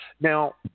Now